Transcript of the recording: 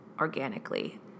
organically